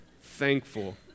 thankful